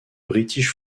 british